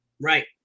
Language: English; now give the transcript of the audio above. Right